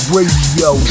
Radio